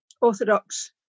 Orthodox